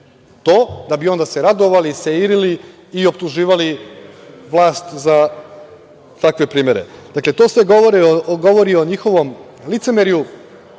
da bi se onda radovali, seirili i optuživali vlast za takve primere. Dakle, to sve govori o njihovom licemerju,